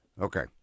Okay